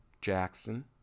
Jackson